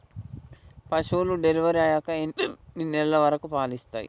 పశువులు డెలివరీ అయ్యాక ఎన్ని నెలల వరకు పాలు ఇస్తాయి?